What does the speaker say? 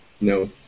no